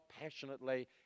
passionately